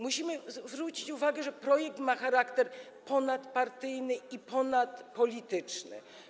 Musimy zwrócić uwagę na to, że projekt ma charakter ponadpartyjny i ponadpolityczny.